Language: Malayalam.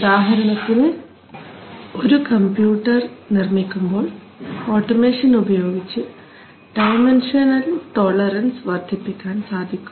ഉദാഹരണത്തിന് ഒരു കംപ്യൂട്ടർ നിർമ്മിക്കുമ്പോൾ ഓട്ടോമേഷൻ ഉപയോഗിച്ചു ഡയമെൻഷൻ ടോളറൻസ് വർദ്ധിപ്പിക്കാൻ സാധിക്കും